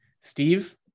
Steve